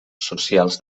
socials